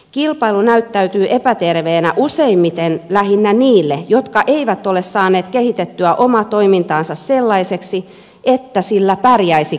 kilpailu näyttäytyy epäterveenä useimmiten lähinnä niille jotka eivät ole saaneet kehitettyä omaa toimintaansa sellaiseksi että sillä pärjäisi kilpailussa